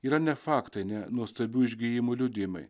yra ne faktai ne nuostabių išgijimų liudijimai